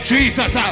Jesus